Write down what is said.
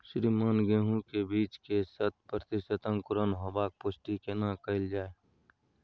श्रीमान गेहूं के बीज के शत प्रतिसत अंकुरण होबाक पुष्टि केना कैल जाय?